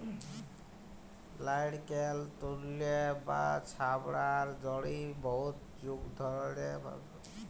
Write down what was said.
লাইড়কেল তল্তু বা ছবড়ার দড়ি বহুত যুগ ধইরে ভারতেরলে দখ্খিল অ পূবে ব্যাভার হঁয়ে আইসছে